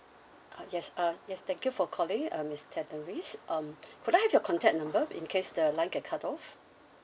uh yes uh yes thank you for calling uh miss tannerice um could I have your contact number in case the line get cut off